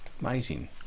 Amazing